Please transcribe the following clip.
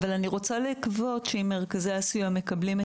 אבל אני רוצה לקוות שאם מרכזי הסיוע מקבלים את